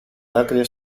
δάκρυα